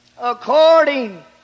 according